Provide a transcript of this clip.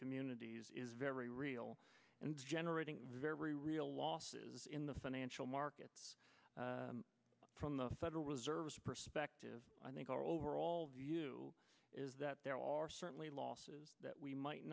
communities is very real and generating very real losses in the financial markets from the federal reserve perspective i think our overall view is that there are certainly losses that we might